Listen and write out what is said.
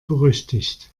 berüchtigt